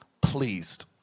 Pleased